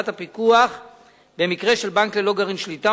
הפיקוח במקרה של בנק ללא גרעין שליטה,